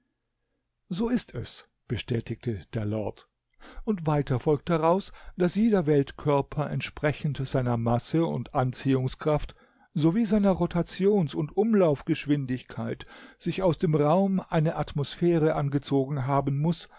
so ist es bestätigte der lord und weiter folgt daraus daß jeder weltkörper entsprechend seiner masse und anziehungskraft sowie seiner rotations und umlaufgeschwindigkeit sich aus dem raum eine atmosphäre angezogen haben muß